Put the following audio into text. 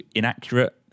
inaccurate